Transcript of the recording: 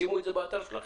שימו את זה באתר שלכם,